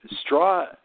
Straw